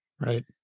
right